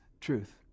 truth